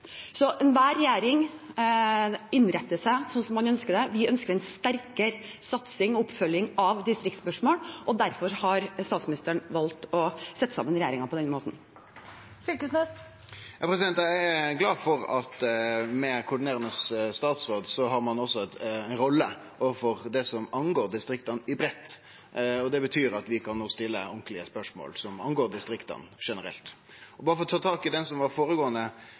Så enhver regjering innretter seg sånn som man ønsker det. Vi ønsker en sterkere satsing på og oppfølging av distriktsspørsmål, derfor har statsministeren valgt å sette sammen regjeringen på denne måten. Torgeir Knag Fylkesnes – til oppfølgingsspørsmål. Eg er glad for at ein koordinerande statsråd også har ei rolle med tanke på det som angår distrikta i det breie, og det betyr at vi kan stille ordentlege spørsmål som angår distrikta generelt. Berre for å ta tak i det som førre spørsmålsstillar her spurde om, det var